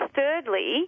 Thirdly